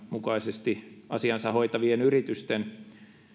mukaisesti asiansa hoitavien yritysten